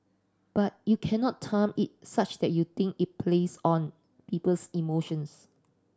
but you cannot time it such that you think it plays on people's emotions